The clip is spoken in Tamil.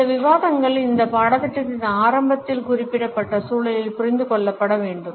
இந்த விவாதங்கள் இந்த பாடத்திட்டத்தின் ஆரம்பத்தில் குறிப்பிடப்பட்ட சூழலில் புரிந்து கொள்ளப்பட வேண்டும்